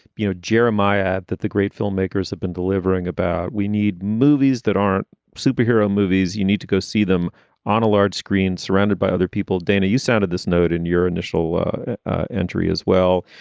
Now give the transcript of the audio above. you know, jeremiah, that the great filmmakers have been delivering about. we need movies that aren't superhero movies. you need to go see them on a large screen surrounded by other people. dana. you sounded this note in your initial entry as well.